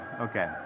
okay